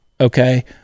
okay